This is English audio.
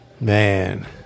Man